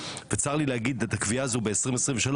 וצר לי להגיד את הקביעה הזו ב-2023,